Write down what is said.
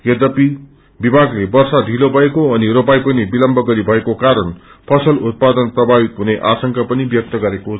यद्यपि विभागले वर्षा ढ़िलो भएको अनि रोपाई पनि विलम्ब गरी भएको कारण्ुसल अत्पादन प्रभावित हुने आशंका पनि व्यक्त गरेको छ